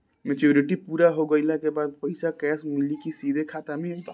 Maturity पूरा हो गइला के बाद पईसा कैश मिली की सीधे खाता में आई?